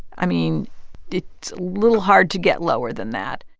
i mean, it's a little hard to get lower than that